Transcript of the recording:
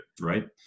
right